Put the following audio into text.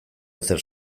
ezer